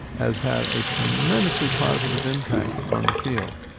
has had a tremendously positive impact on the field.